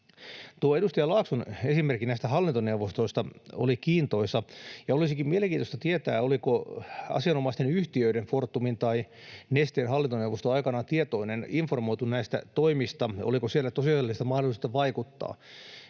Tuo edustaja Laakson esimerkki hallintoneuvostoista oli kiintoisa, ja olisikin mielenkiintoista tietää, olivatko asianomaisten yhtiöiden, Fortumin ja Nesteen, hallintoneuvostot aikanaan tietoisia, informoituja näistä toimista, oliko siellä tosiasiallista mahdollisuutta vaikuttaa.